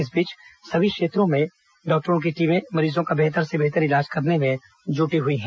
इन सभी क्षेत्रों में डॉक्टरों की टीमें मरीजों का बेहतर से बेहतर इलाज करने में जुटी हुई है